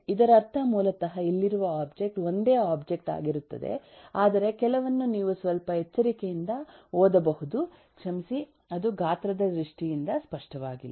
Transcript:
ಇದರರ್ಥ ಮೂಲತಃ ಇಲ್ಲಿರುವ ಒಬ್ಜೆಕ್ಟ್ ಒಂದೇ ಒಬ್ಜೆಕ್ಟ್ ಆಗಿರುತ್ತದೆ ಆದರೆ ಕೆಲವನ್ನು ನೀವು ಸ್ವಲ್ಪ ಎಚ್ಚರಿಕೆಯಿಂದ ಓದಬಹುದು ಕ್ಷಮಿಸಿ ಅದು ಗಾತ್ರದ ದೃಷ್ಟಿಯಿಂದ ಸ್ಪಷ್ಟವಾಗಿಲ್ಲ